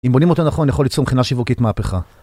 אם בונים אותה נכון יכול ליצור מבחינה שיווקית מהפכה